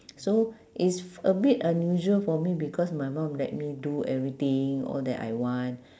so it's a bit unusual for me because my mum let me do everything all that I want